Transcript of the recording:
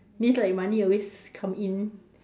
means like money always come in